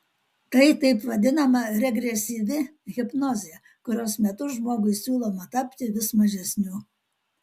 tai taip vadinama regresyvi hipnozė kurios metu žmogui siūloma tapti vis mažesniu